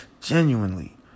genuinely